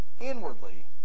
inwardly